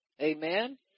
amen